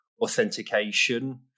authentication